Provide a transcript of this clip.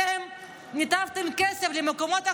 אתם ניתבתם כסף למקומות אחרים,